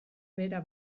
bera